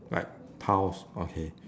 like tiles okay